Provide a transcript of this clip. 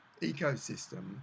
ecosystem